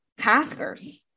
taskers